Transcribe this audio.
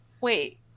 Wait